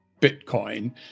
Bitcoin